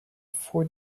four